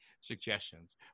suggestions